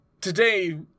today